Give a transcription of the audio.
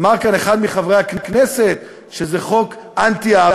אמר כאן אחד מחברי הכנסת שזה חוק אנטי-אהבה.